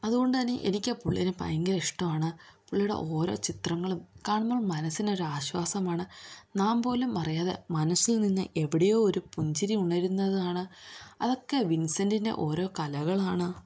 അതുകൊണ്ടു തന്നെ എനിക്ക് പുള്ളീനെ ഭയങ്കര ഇഷ്ടമാണ് പുള്ളീയുടെ ഓരോ ചിത്രങ്ങളും കാണുമ്പോൾ മനസ്സിനൊരാശ്വാസമാണ് നാം പോലും അറിയാതെ മനസ്സിൽ നിന്ന് എവിടെയോ ഒരു പുഞ്ചിരി ഉണരുന്നതാണ് അതൊക്കെ വിൻസെൻറ്റിന്റെ ഓരോ കലകളാണ്